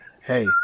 Hey